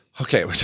okay